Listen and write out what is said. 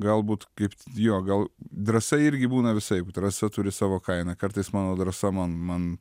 galbūt kaip jo gal drąsa irgi būna visaip drąsa turi savo kainą kartais mano drąsa man man